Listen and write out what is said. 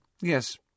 Yes